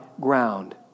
ground